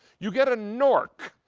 you gotta new york.